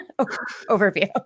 overview